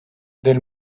del